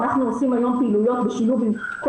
אנחנו עושות היום פעילויות בשילוב עם כל